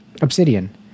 Obsidian